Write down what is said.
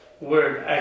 word